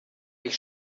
ich